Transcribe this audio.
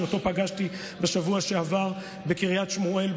שאותו פגשתי בשבוע שעבר בקריית שמואל,